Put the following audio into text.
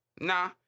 nah